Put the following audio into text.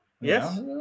Yes